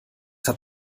hat